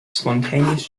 spontaneous